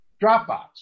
Dropbox